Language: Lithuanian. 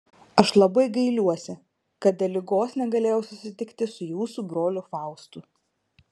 aš labai gailiuosi kad dėl ligos negalėjau susitikti su jūsų broliu faustu